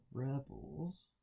Rebels